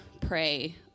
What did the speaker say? Pray